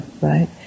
right